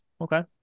Okay